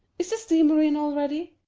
is the steamer in already?